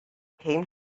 came